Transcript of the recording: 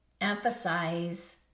emphasize